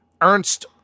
Ernst